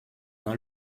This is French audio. dans